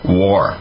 war